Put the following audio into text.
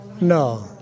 No